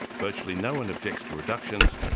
virtually no-one objects to reductions,